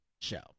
show